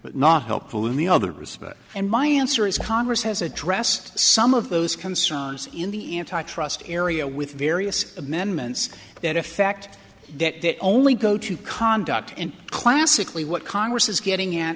but not helpful in the other respects and my answer is congress has addressed some of those concerns in the antitrust area with various amendments that effect that that only go to conduct and classically what congress is getting at